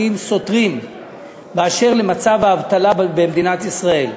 סותרים באשר למצב האבטלה במדינת ישראל.